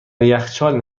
یخچال